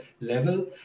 level